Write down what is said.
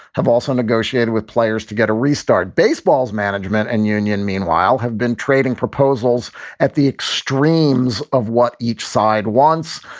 have also negotiated with players to get a restart. baseball's management and union, meanwhile, have been trading proposals at the extremes of what each side wants.